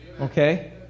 okay